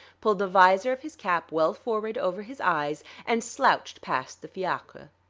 pulled the visor of his cap well forward over his eyes, and slouched past the fiacre.